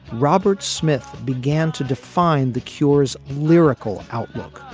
robert smith began to define the cure's lyrical outlook.